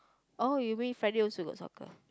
oh you mean for real we got socker